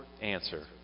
answer